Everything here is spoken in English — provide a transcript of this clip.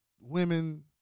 women